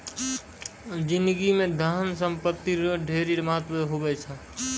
जिनगी म धन संपत्ति रो ढेरी महत्व हुवै छै